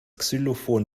xylophon